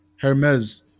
Hermes